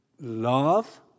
love